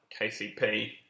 KCP